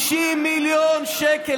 50 מיליון שקל,